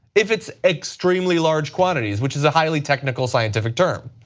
if it's extremely large quantities, which is a highly technical, scientific term.